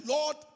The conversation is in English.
Lord